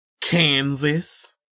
Kansas